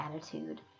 attitude